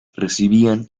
recibían